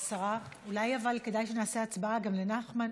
השרה, אולי כדאי שנעשה הצבעה גם לנחמן?